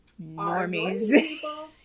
Normies